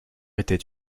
était